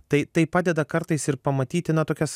tai tai padeda kartais ir pamatyti na tokias